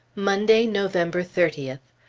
monday, november thirtieth.